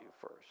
first